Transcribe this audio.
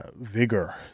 vigor